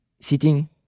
sitting